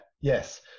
yes